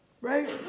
right